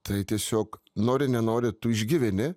tai tiesiog nori nenori tu išgyveni